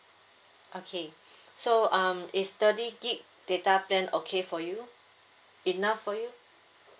okay so um is thirty gig data plan okay for you enough for you